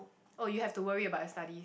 oh you have to worry about your studies